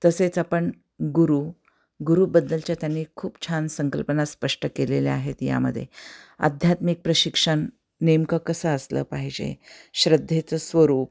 तसेच आपण गुरु गुरुबद्दलच्या त्यांनी खूप छान संकल्पना स्पष्ट केलेल्या आहेत यामदे आध्यात्मिक प्रशिक्षण नेमकं कसं असलं पाहिजे श्रद्धेचं स्वरूप